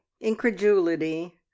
incredulity